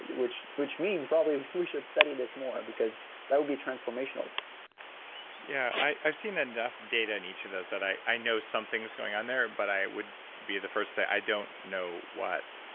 which which means probably we should study this more, because that would be transformational yeah. i've seen enough data in each of those that i i know something is going on there but i would be the first to say, i don't know what.